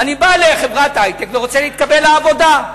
ואני בא לחברת היי-טק ורוצה להתקבל לעבודה.